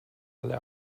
alle